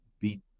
beat